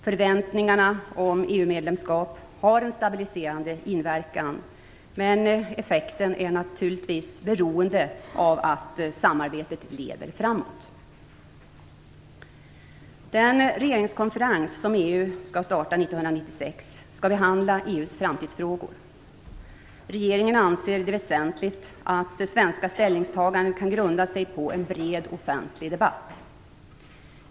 Förväntningarna om EU-medlemskap har en stabiliserande inverkan, men effekten är naturligtvis beroende av att samarbetet leder framåt. Den regeringskonferens som EU skall starta 1996 skall behandla EU:s framtidsfrågor. Regeringen anser det väsentligt att svenska ställningstaganden kan grunda sig på en bred offentlig debatt.